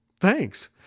Thanks